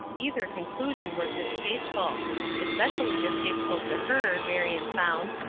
either conclusion was distasteful especially distasteful to her, marion found,